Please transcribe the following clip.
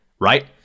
right